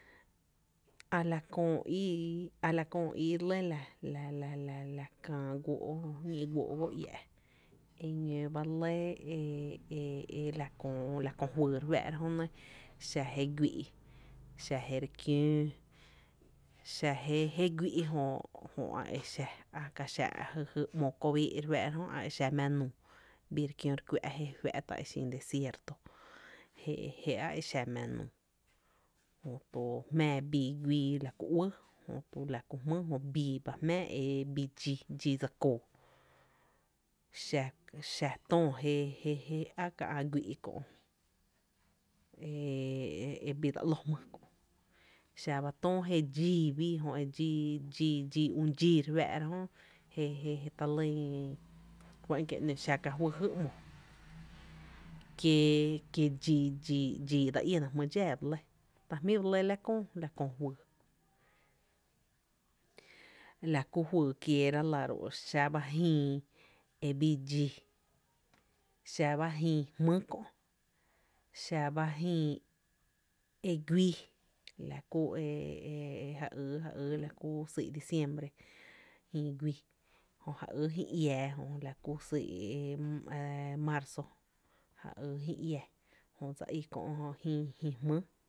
A la kö íi a la köö ii lɇ la la la kää guóó, ñlí’ guóó’ go iä’ e ñóó ba lɇ e e la köö fyy re fⱥⱥ’ra jönɇ, b ajé guí’ xa je re kiöö, xa jé guí’ jö a exa jy jy a ka xa jy ‘mo kóó’ béé’ re fⱥⱥ’ra jö a exa mⱥⱥ nuu, bii re kióó re kuⱥ’ je fⱥⱥ’ ta’ e xin desierto je a e xa mⱥⱥ nuu jöto jmⱥⱥ bii guii la ku uɇɇ jötu la ku jmýy jö bii ba jmⱥⱥ e dxii dse koo xa töö je jé á kä’ ä’ guí’ kö’ e bii dsa ‘lo jmý jö, xaba töó je dxii bii jö i dxii, ü’ dxíí re fⱥⱥ’ra jö jé je ta lýn fá’n kie’no xa ka fý jy ‘mo kiee, e kie’ dxí dxíí e dse iéna jmý dxáá’ ba lɇ, ta jmí ba lɇ la köö juyy, la ku fyy kieera lⱥ ró, xa ba jïï e bii dxii, xaba jïï jmý kö’, xa ba jïï e guíí la kú e e ja ýý la kú syy’ diciembre e ja ýý e guíí jö ja ýý jïï iää jö la kú syy’ e marzo ja ýý jïï iää jö dse í kö’ jïï, jï jmý.